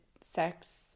sex